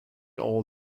all